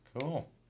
Cool